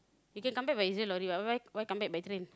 you can come back by using lorry what why come back by train